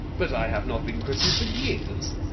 but i have not been christened for years.